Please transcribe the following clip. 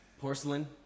Porcelain